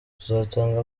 tuzatanga